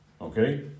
Okay